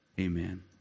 amen